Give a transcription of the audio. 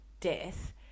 death